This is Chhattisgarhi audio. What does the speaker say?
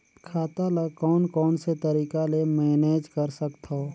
खाता ल कौन कौन से तरीका ले मैनेज कर सकथव?